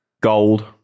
Gold